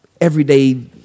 everyday